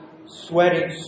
Sweating